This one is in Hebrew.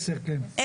עשר כן.